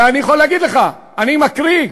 ואני יכול להגיד לך, אני מקריא,